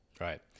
Right